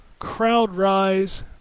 crowdrise